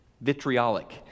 vitriolic